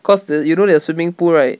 cause the you know their swimming pool right